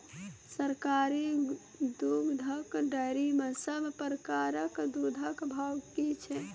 सरकारी दुग्धक डेयरी मे सब प्रकारक दूधक भाव की छै?